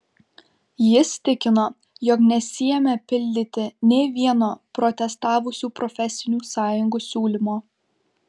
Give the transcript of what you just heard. jis tikino jog nesiėmė pildyti nė vieno protestavusių profesinių sąjungų siūlymo